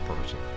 person